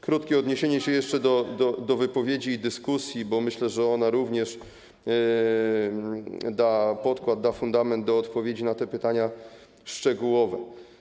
Krótkie odniesienie się jeszcze do wypowiedzi i dyskusji, bo myślę, że to również da podkład, da fundament do odpowiedzi na pytania szczegółowe.